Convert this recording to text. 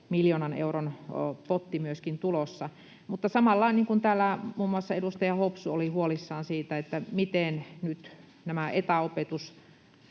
miljoonan euron potti liikuntatoimeen. Mutta samalla, niin kuin täällä muun muassa edustaja Hopsu oli huolissaan: Miten nyt tämä etäopetus